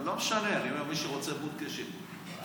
אבל לא משנה, אני אומר שמי שרוצה בודקה, שיהיה.